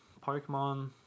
Pokemon